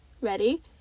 ready